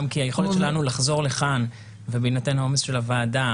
גם כי היכולת שלנו לחזור לכאן ובהינתן העומס של הוועדה